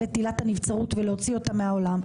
את עילת הנבצרות ולהוציא אותה מהעולם,